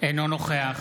אינו נוכח